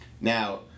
now